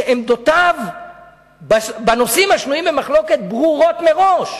שעמדותיו בנושאים השנויים במחלוקת ברורות מראש.